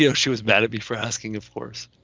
yeah she was mad at me for asking, of course